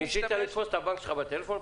ניסית פעם לתפוס את הבנק שלך בטלפון?